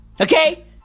Okay